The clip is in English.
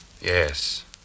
Yes